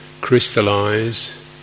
crystallize